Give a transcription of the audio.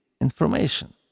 information